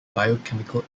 biochemical